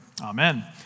Amen